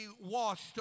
washed